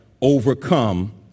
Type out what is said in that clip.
overcome